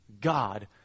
God